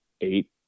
eight